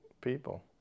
people